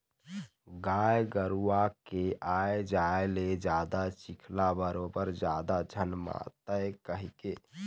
गाय गरूवा के आए जाए ले जादा चिखला बरोबर जादा झन मातय कहिके